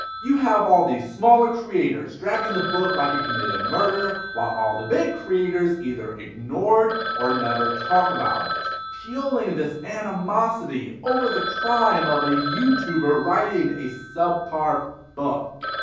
you have all these smaller creators dragging the book like it committed murder while all the big creators either ignored or never talk about it. fueling this animosity over the crime of a youtuber writing a sub par book.